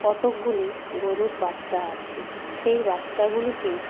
কতকগুলি গোরুর বাচ্চা আছে সেই বাচ্চাগুলিকেই